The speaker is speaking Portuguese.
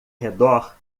redor